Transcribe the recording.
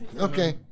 Okay